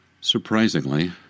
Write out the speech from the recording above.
Surprisingly